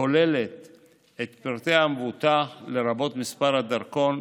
כוללת את פרטי המבוטח, לרבות מספר הדרכון,